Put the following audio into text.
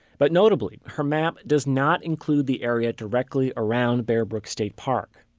but notably, her map does not include the area directly around bear brook state park.